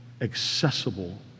accessible